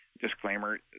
disclaimer